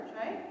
right